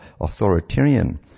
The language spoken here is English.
authoritarian